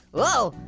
whoa,